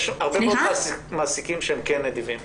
יש הרבה מאוד מעסיקים שהם כן נדיבים.